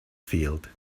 field